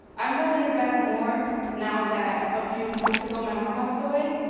i'm holding it back more now that a few months ago, my mom passed away.